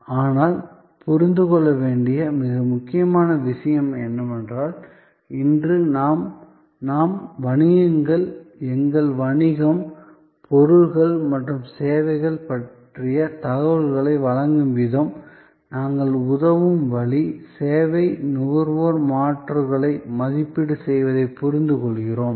ஆனால் புரிந்து கொள்ள வேண்டிய மிக முக்கியமான விஷயம் என்னவென்றால் இன்று நாம் வணிகங்கள் எங்கள் வணிகம் பொருட்கள் மற்றும் சேவைகள் பற்றிய தகவல்களை வழங்கும் விதம் நாங்கள் உதவும் வழி சேவை நுகர்வோர் மாற்றுகளை மதிப்பீடு செய்வதை புரிந்துகொள்கிறோம்